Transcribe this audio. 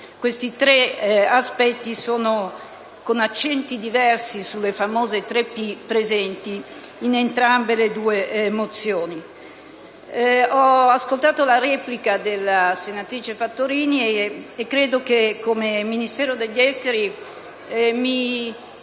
Questi tre aspetti sono presenti, con accenti diversi sulle famose tre «P», in entrambe le mozioni. Ho ascoltato la replica della senatrice Fattorini e credo che come Ministero degli affari